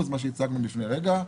מה שהצגנו לפני רגע.